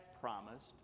promised